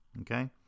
okay